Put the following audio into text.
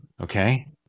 okay